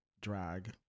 drag